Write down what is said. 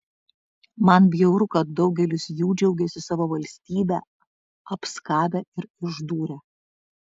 man bjauru kad daugelis jų džiaugiasi savo valstybę apskabę ir išdūrę